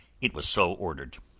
it was so ordered.